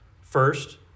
First